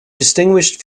distinguished